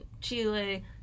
Chile